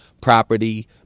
property